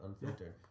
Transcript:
unfiltered